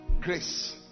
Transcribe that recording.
grace